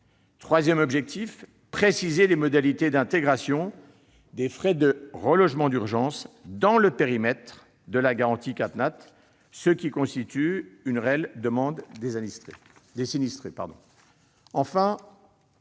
Troisième objectif, la précision des modalités d'intégration des frais de relogement d'urgence dans le périmètre de la garantie CatNat. Cette précision répond à une réelle demande des sinistrés. Enfin,